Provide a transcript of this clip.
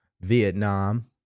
Vietnam